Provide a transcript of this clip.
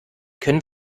können